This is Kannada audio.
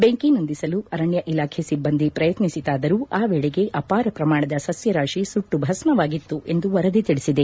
ಬೆಂಕಿ ನಂದಿಸಲು ಅರಣ್ಯ ಇಲಾಖೆ ಸಿಬ್ಬಂದಿ ಪ್ರಯತ್ನಿಸಿತಾದರೂ ಆ ವೇಳೆಗೆ ಅಪಾರ ಪ್ರಮಾಣದ ಸಸ್ಕರಾಶಿ ಸುಟ್ಟು ಭಸ್ವವಾಗಿತ್ತು ಎಂದು ವರದಿ ತಿಳಿಸಿದೆ